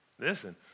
Listen